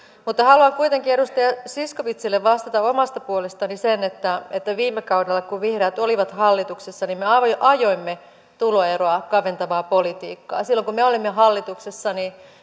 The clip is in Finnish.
mutta haluan kuitenkin edustaja zyskowiczille vastata omasta puolestani sen että viime kaudella kun vihreät oli hallituksessa me ajoimme ajoimme tuloeroa kaventavaa politiikkaa silloin kun me olimme hallituksessa